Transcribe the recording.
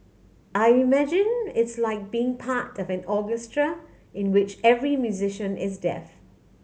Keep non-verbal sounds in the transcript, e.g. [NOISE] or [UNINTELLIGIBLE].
I imagine it's like being part [UNINTELLIGIBLE] of an orchestra in which every musician is deaf